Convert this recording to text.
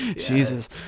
jesus